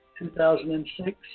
2006